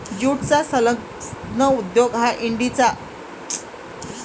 ज्यूटचा संलग्न उद्योग हा डंडीचा मुख्य उद्योग आहे